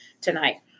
tonight